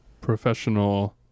Professional